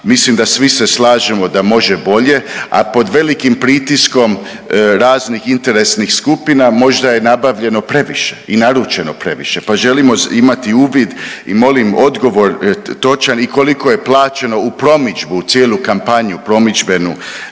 Mislim da svi se slažemo da može bolje, a pod velikim pritiskom raznih interesnih skupina možda je nabavljeno previše i naručeno previše, pa želimo imati uvid i molim odgovor točan i koliko je plaćeno u promidžbu, cijelu kampanju promidžbenu